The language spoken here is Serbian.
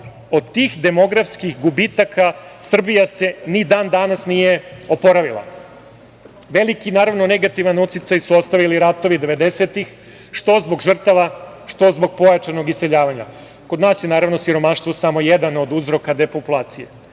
Od tih demografskih gubitaka, Srbija se ni dan danas nije oporavila. Veliki negativan uticaj su ostavili ratovi 90-ih, što zbog žrtva, što zbog pojačanog iseljavanja. Kod nas je siromaštvo samo jedna od uzroka depopulacije.Međutim,